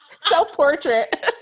self-portrait